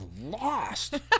lost